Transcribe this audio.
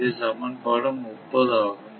இது சமன்பாடு 30 ஆகும்